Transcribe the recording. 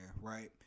right